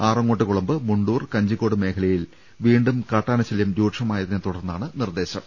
ആറങ്ങോട്ട് കുളമ്പ് മുണ്ടൂർ കഞ്ചിക്കോട് മേഖലകളിൽ വീണ്ടും കാട്ടാനശല്യം രൂക്ഷ മായതിനെ തുടർന്നാണ് നിർദ്ദേശം